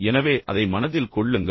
எனவே அதை மனதில் கொள்ளுங்கள்